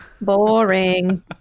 Boring